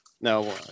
No